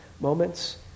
moments